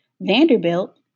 Vanderbilt